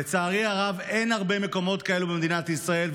לצערי הרב אין הרבה מקומות כאלו במדינת ישראל,